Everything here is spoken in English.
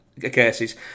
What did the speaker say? cases